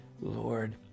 Lord